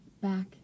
back